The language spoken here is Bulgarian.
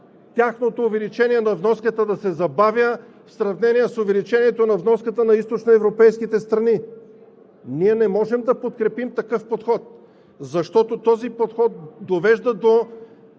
тяхното увеличение на вноската да се забавя, в сравнение с увеличението на вноската на Източноевропейските страни. Ние не можем да подкрепим такъв подход, защото този подход довежда до